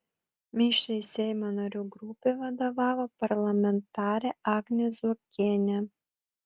mišriai seimo narių grupei vadovavo parlamentarė agnė zuokienė